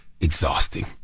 exhausting